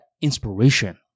inspiration